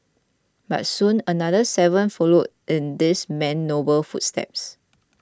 but soon another seven followed in this man's noble footsteps